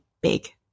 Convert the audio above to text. big